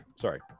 Sorry